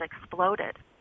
exploded